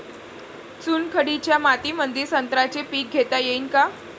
चुनखडीच्या मातीमंदी संत्र्याचे पीक घेता येईन का?